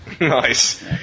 Nice